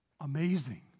amazing